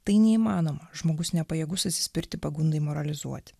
tai neįmanoma žmogus nepajėgus atsispirti pagundai moralizuoti